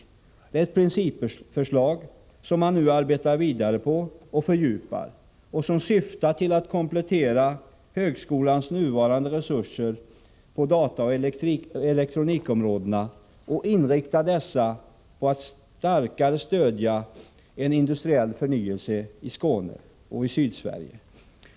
Det är ett principförslag, som man nu arbetar vidare på och fördjupar, och det syftar till att komplettera högskolans nuvarande resurser på dataoch elektronikområdena och inrikta dessa på att starkare stödja en industriell förnyelse i Skåne och Sydsverige.